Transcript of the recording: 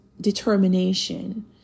determination